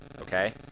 okay